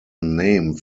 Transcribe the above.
name